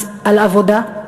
מס על עבודה?